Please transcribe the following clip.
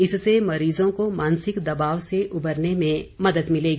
इससे मरीजों को मानसिक दबाव से उबरने में मदद मिलेगी